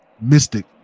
Mystic